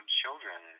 children